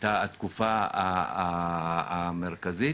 התקופה המרכזית,